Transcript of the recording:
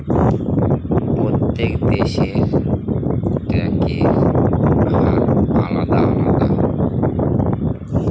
প্রত্যেক দেশের ট্যাক্সের হার আলাদা আলাদা